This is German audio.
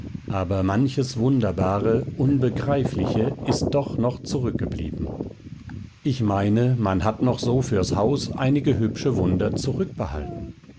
aber manches wunderbare unbegreifliche ist doch noch zurückgeblieben ich meine man hat noch so fürs haus einige hübsche wunder zurückbehalten